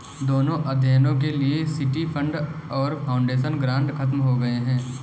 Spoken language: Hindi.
दोनों अध्ययनों के लिए सिटी फंड और फाउंडेशन ग्रांट खत्म हो गए हैं